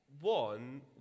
One